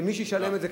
ומי שישלם את זה,